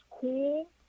cool